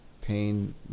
pain